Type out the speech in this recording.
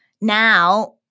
now